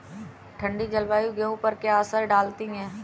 ठंडी जलवायु गेहूँ पर क्या असर डालती है?